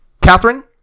Catherine